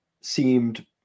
seemed